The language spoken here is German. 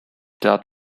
der